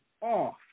off